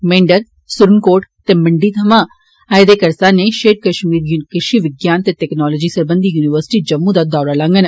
मेंढर सुरनकोट ते मंडी थमां आए दे करसान षेर ए कष्मीर कृशि विज्ञान ते तकनालोजी सरबंधी युनिवर्सिटी जम्मू दा दौरा लाङन